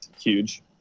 huge